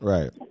Right